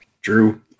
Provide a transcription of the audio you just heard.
Drew